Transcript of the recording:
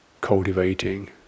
cultivating